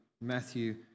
Matthew